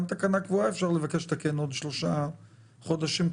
אפשר לבקש לתקן בעוד שלושה חודשים,